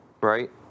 right